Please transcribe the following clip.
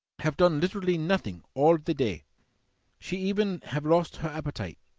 have done literally nothing all the day she even have lost her appetite.